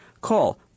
Call